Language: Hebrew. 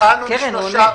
קרן, הוא עונה.